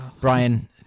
Brian